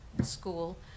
School